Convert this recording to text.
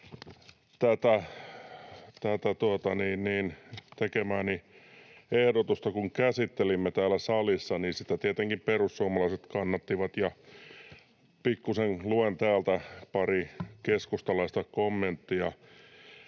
ehdotusta kun käsittelimme täällä salissa, niin sitä tietenkin perussuomalaiset kannattivat, ja pikkuisen luen täältä pari keskustalaista kommenttia.